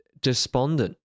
despondent